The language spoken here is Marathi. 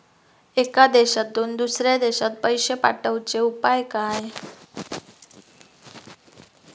एका देशातून दुसऱ्या देशात पैसे पाठवचे उपाय काय?